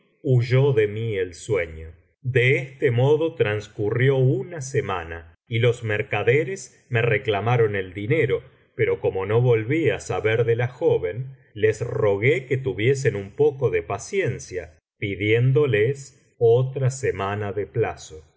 huyó de mí el sueño de este modo transcurrió una semana y los mercaderes me reclamaron el dinero pero como no volví á saber de la joven les rogué que tuviesen un poco de paciencia pidiéndoles otra semana de